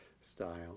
style